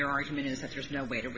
your argument is that there's no way to